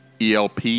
ELP